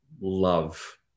love